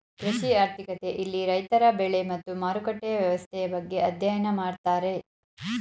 ಕೃಷಿ ಆರ್ಥಿಕತೆ ಇಲ್ಲಿ ರೈತರ ಬೆಳೆ ಮತ್ತು ಮಾರುಕಟ್ಟೆಯ ವ್ಯವಸ್ಥೆಯ ಬಗ್ಗೆ ಅಧ್ಯಯನ ಮಾಡ್ತಾರೆ